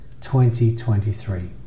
2023